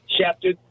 chapter